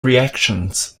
reactions